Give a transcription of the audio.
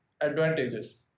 advantages